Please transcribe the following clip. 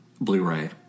Blu-ray